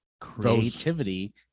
Creativity